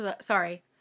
sorry